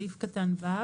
במקום סעיף קטן (ד)